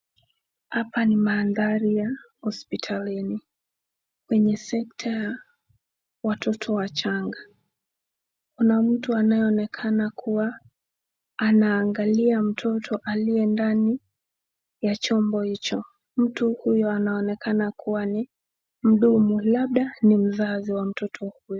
Hapa ni maandhari ya hospitalini kwenye sekta watoto wachanga. Kuna mtu anayeonekana kuwa anaangalia mtoto aliye ndani ya chombo hicho, mtu huyo anaonekana kuwa ni mhudumu labda ni mzazi wa mtoto huyo.